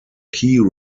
key